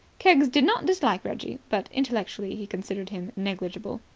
keggs did not dislike reggie, but intellectually he considered him negligible.